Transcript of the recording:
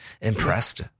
impressed